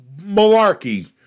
malarkey